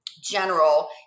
general